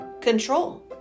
control